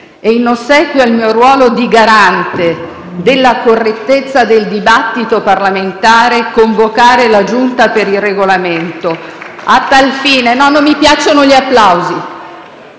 e in ossequio al mio ruolo di garante della correttezza del dibattito parlamentare, convocare la Giunta per il Regolamento. A tal fine, poiché la Giunta